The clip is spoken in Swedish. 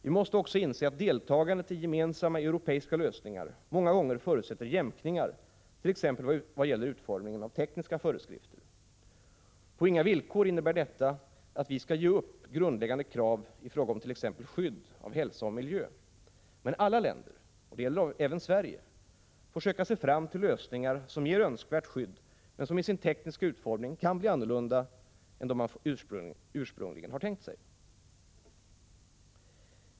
Vi måste också inse att deltagandet i gemensamma europeiska lösningar många gånger förutsätter jämkningar t.ex. vad gäller utformningen av tekniska föreskrifter. På inga villkor innebär detta att vi skall ge upp grundläggande krav i fråga om t.ex. skydd av hälsa och miljö. Men alla länder — det gäller även Sverige — får söka sig fram till lösningar som ger önskvärt skydd men som i sin tekniska utformning kan bli andra än dem man ursprungligen tänkt sig.